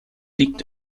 liegt